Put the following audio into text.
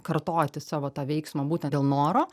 kartoti savo tą veiksmą būten dėl noro